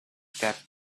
that